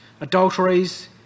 adulteries